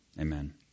Amen